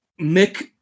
Mick